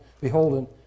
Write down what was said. beholden